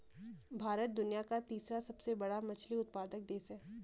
भारत दुनिया का तीसरा सबसे बड़ा मछली उत्पादक देश है